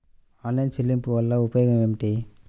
Online చెల్లింపుల వల్ల ఉపయోగమేమిటీ?